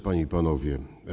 Panie i Panowie!